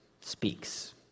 speaks